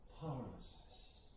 powerlessness